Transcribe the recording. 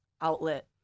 outlet